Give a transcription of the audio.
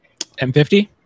M50